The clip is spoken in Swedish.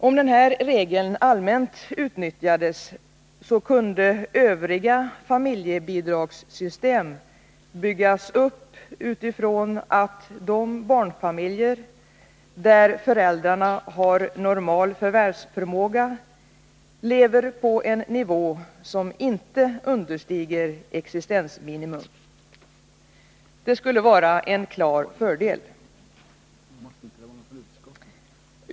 Om denna regel allmänt utnyttjades, kunde övriga familjebidragssystem byggas upp från den utgångspunkten att de barnfamiljer där föräldrarna har normal förvärvsförmåga lever på en nivå som inte understiger existensminimum. Det skulle vara en klar fördel.